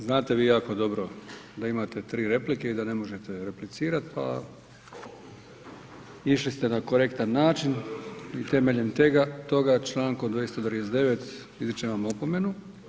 Znate vi jako dobro da imate tri replike i da ne možete replicirat pa išli ste na korektan način i temeljem toga čl. 239 izričem vam opomenu.